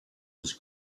was